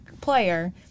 player